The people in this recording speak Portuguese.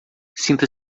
sinta